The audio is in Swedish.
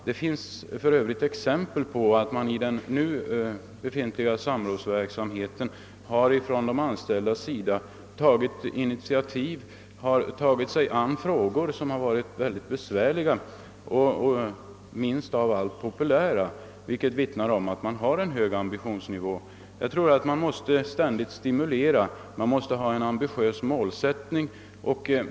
Det finns för övrigt exempel på att man i den nuvarande samrådsverksamheten från de anställdas sida har tagit initiativ och har tagit sig an frågor som varit besvärliga och minst av allt populära, vilket vittnar om att man har en hög ambitionsnivå. Jag tror att man ständigt måste stimulera; man måste ha en ambitiös målsättning.